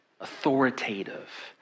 authoritative